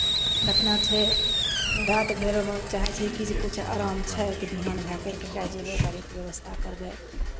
केतना छै राति भरि चाहै छै कि जे किछु आराम छै तऽ बिहान भए करि कऽ लए जयबै गाड़ीके व्यवस्था करबै